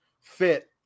fit